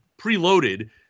preloaded